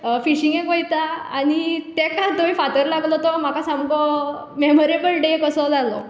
फिशींगेक वयता आनी ताका थंय फातर लागलो तो म्हाका सामको मेमोरेबल डे कसो जालो